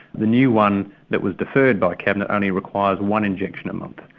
the new one that was deferred by cabinet only requires one injection a month.